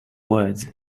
words